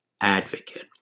advocate